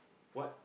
what